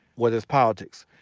whether it's politics.